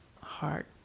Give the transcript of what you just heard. heart